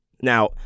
now